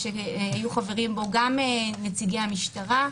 שיהיו חברים בו גם נציגי המשטרה,